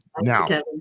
now